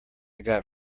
got